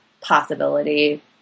possibility